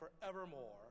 forevermore